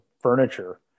furniture